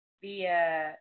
via